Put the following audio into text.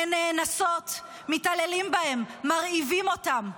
הן נאנסות, מתעללים בהן, מרעיבים אותן.